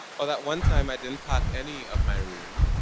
or that one time i didn't pack any of my room,